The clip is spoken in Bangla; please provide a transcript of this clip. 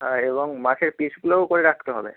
হ্যাঁ এবং মাছের পিসগুলোও করে রাখতে হবে